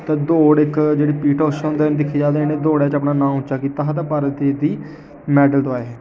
ते दौड़ इक जेह्ड़ी पी टी ऊषा हुंदे दिक्खे जा ते इ'नें दौड़ें च अपना नांऽ उच्चा कीता हा ते भारत देश दी मेडल दोआए हे